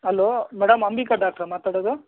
hello madam Ambika doctor ಮಾತಾಡೋದು